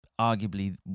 arguably